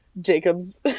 Jacob's